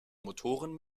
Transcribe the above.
motoren